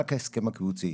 רק ההסכם הקיבוצי.